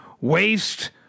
waste